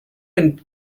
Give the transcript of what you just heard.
and